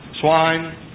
Swine